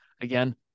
again